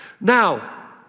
Now